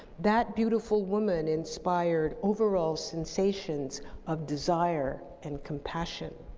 that beautiful woman inspired overall sensations of desire and compassion.